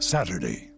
Saturday